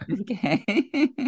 Okay